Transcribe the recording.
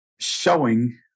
showing